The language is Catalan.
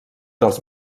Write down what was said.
dels